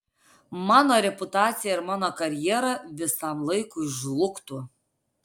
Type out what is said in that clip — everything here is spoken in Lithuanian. mano reputacija ir mano karjera visam laikui žlugtų